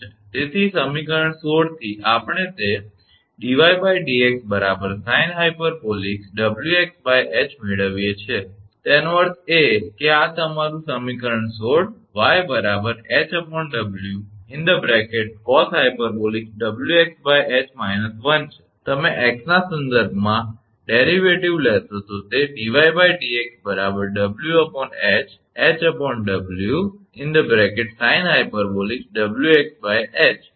તેથી સમીકરણ 16 થી આપણે તે 𝑑𝑦𝑑𝑥 sinh𝑊𝑥𝐻 મેળવીએ છીએ તેનો અર્થ એ કે આ તમારું સમીકરણ 16 𝑦 𝐻𝑊cosh𝑊𝑥𝐻 − 1 છે તમે 𝑥 ના સંદર્ભમાં વ્યુત્પન્નવિકલન લેશો તો તે 𝑑𝑦𝑑𝑥 𝑊𝐻𝐻𝑊sinh𝑊𝑥𝐻